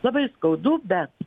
labai skaudu bet